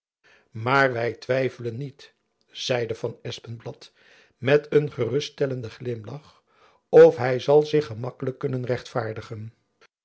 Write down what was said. maar wy twijfelen niet zeide van espenblad met een geruststellenden glimlach of hy zal zich gemakkelijk kunnen rechtvaardigen